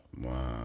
Wow